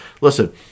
Listen